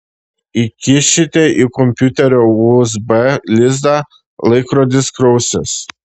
įkišite į kompiuterio usb lizdą laikrodis krausis